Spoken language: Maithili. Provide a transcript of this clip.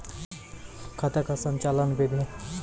खाता का संचालन बिधि?